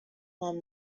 پام